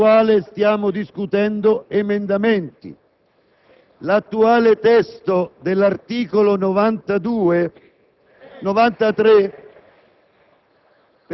prego, senatore